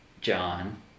John